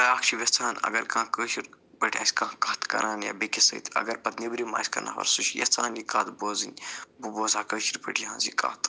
بیٛاکھ چھِ یژھان اگر کانٛہہ کٲشُر پٲٹھۍ آسہِ کانٛہہ کتھ کَران یا بیٚکِس سۭتۍ اگر پتہٕ نیٚبرِ آسہِ کانٛہہ سُہ چھِ یَژھان یہِ کتھ بوزٕنۍ بہٕ بوزہا کٲشِرۍ پٲٹھۍ یِہنٛز یہِ کتھ